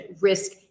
risk